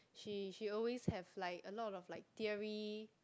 she she always have like a lot of like theory